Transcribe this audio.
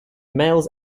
males